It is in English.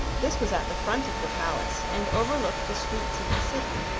this was at the front of the palace and overlooked the streets of the city,